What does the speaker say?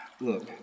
Look